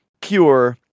cure